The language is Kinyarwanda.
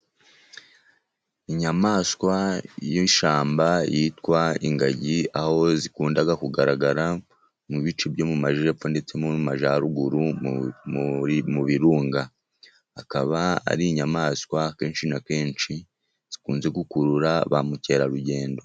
Inyamaswa y'ishyamba yitwa ingagi aho zikunda kugaragara mu bice byo mu Majyepfo ndetse no mu Majyaruguru mu birunga. Akaba ari inyamaswa akenshi na kenshi zikunze gukurura ba mukerarugendo.